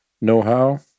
know-how